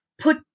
put